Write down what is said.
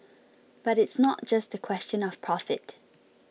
but it's not just a question of profit